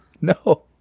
No